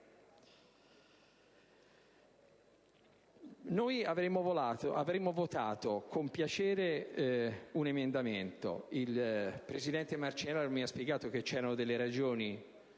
Noi avremmo votato con piacere un emendamento, ma il presidente Marcenaro mi ha spiegato che esistevano ragioni